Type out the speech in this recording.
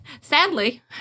sadly